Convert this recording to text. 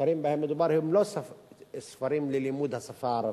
הספרים שבהם מדובר הם לא ספרים ללימוד השפה הערבית,